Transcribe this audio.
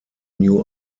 new